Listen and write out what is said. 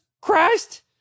Christ